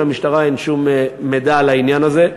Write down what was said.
למשטרה אין שום מידע על העניין הזה.